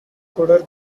coder